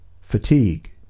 fatigue